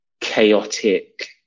chaotic